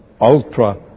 ultra